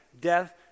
death